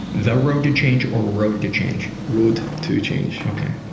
the road to change, or road to change? road to change yeh. ok,